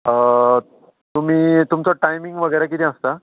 तुमी तुमचो टायमींग वगेर किदें आसता